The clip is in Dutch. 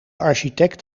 architect